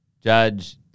judge